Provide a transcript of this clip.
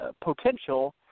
potential